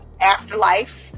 afterlife